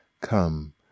Come